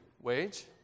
wage